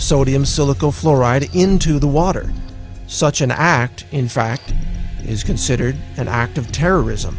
sodium silicate fluoride into the water such an act in fact is considered an act of terrorism